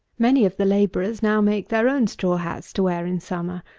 many of the labourers now make their own straw hats to wear in summer.